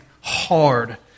hard